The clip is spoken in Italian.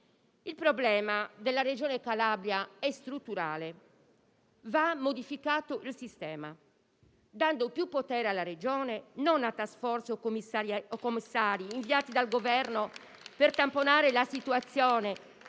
Il problema della Regione Calabria è strutturale. Va modificato il sistema, dando più potere alla Regione e non a *task force* o commissari, inviati dal Governo per tamponare la situazione,